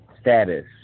status